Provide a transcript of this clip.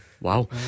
Wow